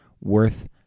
Worth